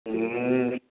ହୁଁ